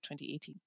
2018